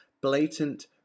blatant